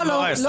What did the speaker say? דברייך.